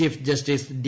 chief justice D